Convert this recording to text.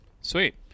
Sweet